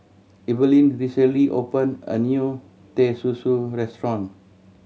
Eveline recently opened a new Teh Susu restaurant